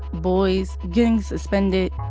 boys, getting suspended.